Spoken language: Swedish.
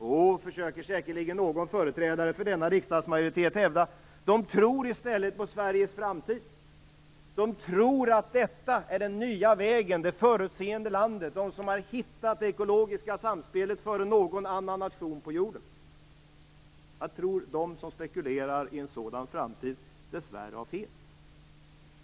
Jo, försöker säkerligen någon företrädare för denna riksdagsmajoritet att hävda, de tror i stället på Sveriges framtid, de tror att detta är den nya vägen, att detta är det förutseende landet som har hittat det ekologiska samspelet före någon annan nation på jorden. Jag tror att de som spekulerar i en sådan framtid dessvärre har fel.